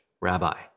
rabbi